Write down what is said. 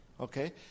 Okay